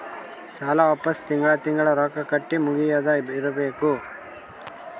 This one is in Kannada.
ಸಾಲ ವಾಪಸ್ ತಿಂಗಳಾ ತಿಂಗಳಾ ರೊಕ್ಕಾ ಕಟ್ಟಿ ಮುಗಿಯದ ಇರ್ಬೇಕು